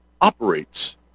operates